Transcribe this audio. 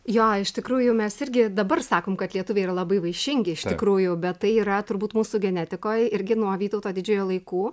jo iš tikrųjų mes irgi dabar sakom kad lietuviai yra labai vaišingi iš tikrųjų bet tai yra turbūt mūsų genetikoj irgi nuo vytauto didžiojo laikų